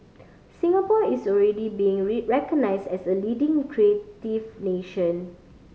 Singapore is already being recognised as a leading creative nation